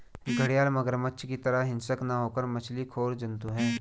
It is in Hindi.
घड़ियाल मगरमच्छ की तरह हिंसक न होकर मछली खोर जंतु है